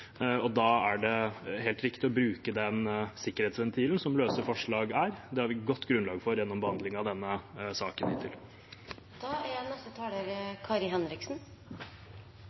og da er det helt riktig å bruke den sikkerhetsventilen som løse forslag er. Det har vi et godt grunnlag for gjennom behandlingen av denne saken.